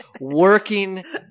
working